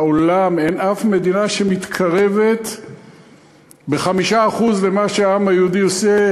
בעולם אין אף מדינה שמתקרבת ב-5% למה שהעם היהודי עושה,